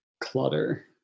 clutter